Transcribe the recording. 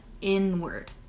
inward